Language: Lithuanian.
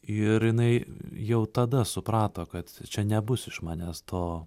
ir jinai jau tada suprato kad čia nebus iš manęs to